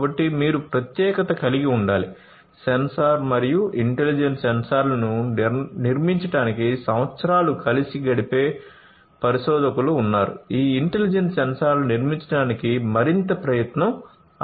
కాబట్టి మీరు ప్రత్యేకత కలిగి ఉండాలి సెన్సార్ మరియు ఇంటెలిజెంట్ సెన్సార్లను నిర్మించడానికి సంవత్సరాలు కలిసి గడిపే పరిశోధకులు ఉన్నారు ఈ ఇంటెలిజెంట్ సెన్సార్లను నిర్మించడానికి మరింత ప్రయత్నం అవసరం